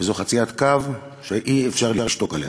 וזו חציית קו שאי-אפשר לשתוק עליה,